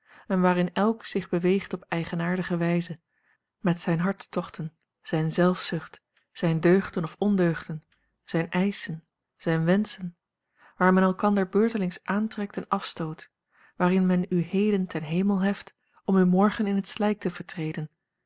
en waarin elk zich beweegt op eigenaardige wijze met zijne hartstochten zijne zelfzucht zijne deugden of ondeugden zijne eischen zijne wenschen waar men elkander beurtelings aantrekt en afstoot waarin men u heden ten hemel heft om u morgen in het slijk te vertreden